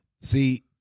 See